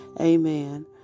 Amen